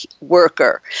worker